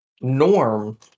Norm